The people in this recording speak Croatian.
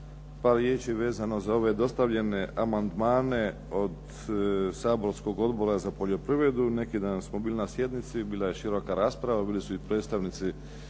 par riječi vezano za ove dostavljene amandmane od saborskog Odbora za poljoprivredu. Neki dan smo bili na sjednici, bila je široka rasprava. Bili su i predstavnici